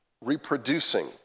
reproducing